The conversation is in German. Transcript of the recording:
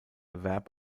erwerb